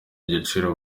igiciro